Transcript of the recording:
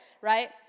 right